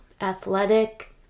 athletic